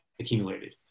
accumulated